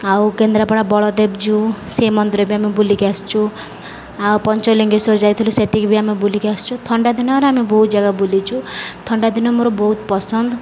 ଆଉ କେନ୍ଦ୍ରାପଡ଼ା ବଳଦେବ ଜୀଉ ସେ ମନ୍ଦିରରେ ବି ଆମେ ବୁଲିକି ଆସିଛୁ ଆଉ ପଞ୍ଚଲିଙ୍ଗେଶ୍ୱର ଯାଇଥିଲୁ ସେଠିକି ବି ଆମେ ବୁଲିକି ଆସିଛୁ ଥଣ୍ଡା ଦିନରେ ଆମେ ବହୁତ ଜାଗା ବୁଲିଛୁ ଥଣ୍ଡା ଦିନ ମୋର ବହୁତ ପସନ୍ଦ